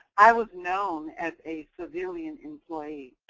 i was known as a civilian employee,